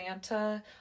santa